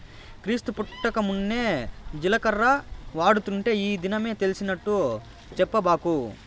క్రీస్తు పుట్టకమున్నే జీలకర్ర వాడుతుంటే ఈ దినమే తెలిసినట్టు చెప్పబాకు